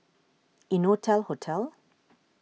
Innotel Hotel